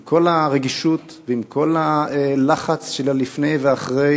עם כל הרגישות ועם כל הלחץ של לפני ואחרי,